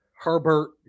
Herbert